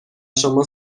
شما